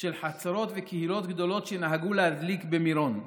של חצרות וקהילות גדולות שנהגו להדליק במירון,